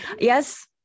Yes